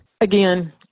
Again